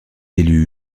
élu